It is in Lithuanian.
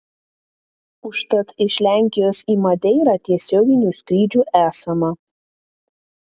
užtat iš lenkijos į madeirą tiesioginių skrydžių esama